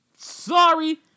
Sorry